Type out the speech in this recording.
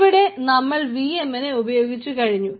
ഇവിടെ നമ്മൾ V M നെ ഉപയോഗിച്ചു കഴിഞ്ഞു